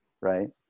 right